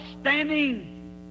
standing